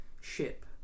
ship